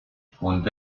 qu’on